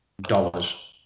Dollars